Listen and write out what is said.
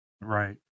right